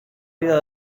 vida